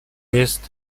jest